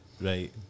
Right